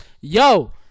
yo